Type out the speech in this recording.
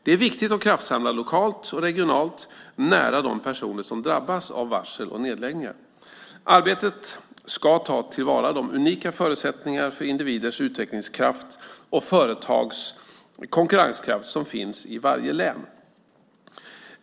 Det är viktigt att kraftsamla lokalt och regionalt nära de personer som drabbas av varsel och nedläggningar. Arbetet ska ta till vara de unika förutsättningar för individers utvecklingskraft och företags konkurrenskraft som finns i varje län.